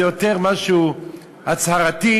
זה יותר משהו הצהרתי,